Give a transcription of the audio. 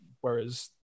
Whereas